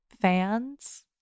fans